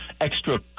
extra